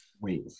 Wait